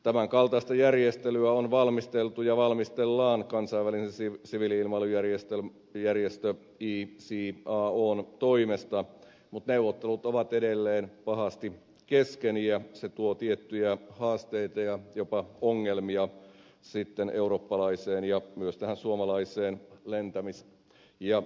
tämän kaltaista järjestelyä on valmisteltu ja valmistellaan kansainvälisen siviili ilmailujärjestö icaon toimesta mutta neuvottelut ovat edelleen pahasti kesken ja se tuo tiettyjä haasteita ja jopa ongelmia sitten eurooppalaiseen ja myös tähän suomalaiseen lentämis ja liikennejärjestelmään